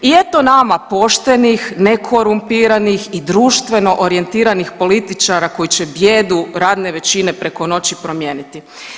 I eto nama poštenih nekorumpiranih i društveno orijentiranih političara koji će bijedu radne većine preko noći promijeniti.